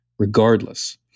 Regardless